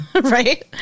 Right